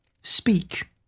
Speak